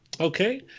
Okay